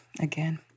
again